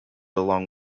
along